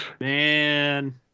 Man